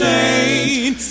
Saint